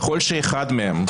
ככל שאחד מהם,